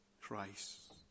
Christ